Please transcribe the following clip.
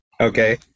Okay